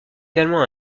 également